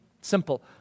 Simple